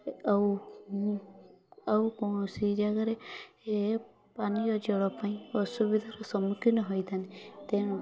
ଆଉ ଆଉ କୌଣସି ଜାଗାରେ ଏ ପାନୀୟ ଜଳ ପାଇଁ ଅସୁବିଧାର ସମ୍ମୁଖୀନ ହୋଇଥାନ୍ତି ତେଣୁ